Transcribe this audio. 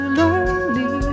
lonely